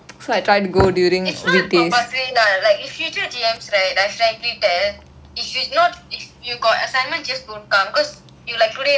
it is not compulsory lah like if future general meetings right like frankly tell if you not if you got assignment just don't come because you like today you like nothing much also